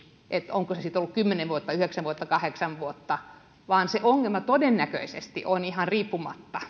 onko se sitten ollut kymmenen vuotta yhdeksän vuotta vai kahdeksan vuotta vaan se ongelma todennäköisesti on riippumaton